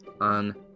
on